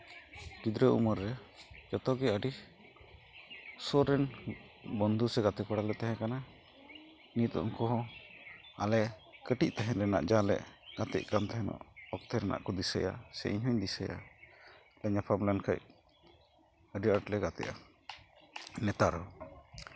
ᱜᱤᱫᱽᱨᱟᱹ ᱩᱢᱟᱹᱨ ᱨᱮ ᱡᱚᱛᱚᱜᱮ ᱟᱹᱰᱤ ᱥᱩᱨ ᱨᱮᱱ ᱵᱚᱱᱫᱷᱩ ᱥᱮ ᱜᱟᱛᱮ ᱠᱚᱲᱟᱞᱮ ᱛᱟᱦᱮᱸ ᱠᱟᱱᱟ ᱱᱤᱛᱚᱜ ᱩᱱᱠᱩ ᱦᱚᱸ ᱟᱞᱮ ᱠᱟᱹᱴᱤᱡ ᱛᱟᱦᱮᱸ ᱨᱮᱱᱟᱜ ᱡᱟᱞᱮ ᱜᱟᱛᱮᱜ ᱠᱟᱱ ᱛᱟᱦᱮᱱᱚᱜ ᱚᱠᱛᱮ ᱨᱮᱱᱟᱜ ᱫᱤᱥᱟᱹᱭᱟ ᱥᱮ ᱤᱧ ᱦᱚᱧ ᱫᱤᱥᱟᱹᱭᱟ ᱧᱟᱯᱟᱢ ᱞᱮᱱᱠᱷᱟᱱ ᱟᱹᱰᱤ ᱟᱸᱴᱞᱮ ᱜᱟᱛᱮᱜᱼᱟ ᱱᱮᱛᱟᱨ